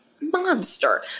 monster